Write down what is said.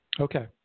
Okay